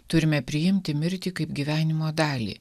turime priimti mirtį kaip gyvenimo dalį